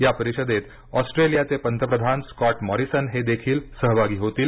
या परिषदेत ऑस्ट्रेलियाचे पंतप्रधान स्कॉट मॉरिसन हेदेखील सहभागी होतील